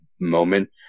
moment